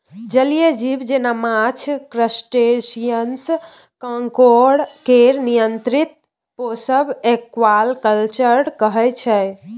जलीय जीब जेना माछ, क्रस्टेशियंस, काँकोर केर नियंत्रित पोसब एक्वाकल्चर कहय छै